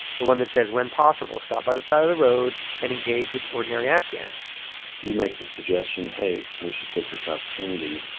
the one that says, when possible, stop by the side of the road and engage with ordinary afghans you make the suggestion, hey, we should take this opportunity,